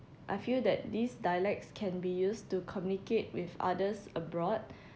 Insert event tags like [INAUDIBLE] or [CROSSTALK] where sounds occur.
I feel that this dialects can be used to communicate with others abroad [BREATH]